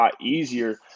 easier